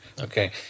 Okay